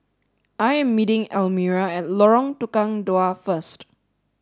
I am meeting Elmira at Lorong Tukang Dua first